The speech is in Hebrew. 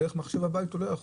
דרך מחשב בבית הוא לא יכול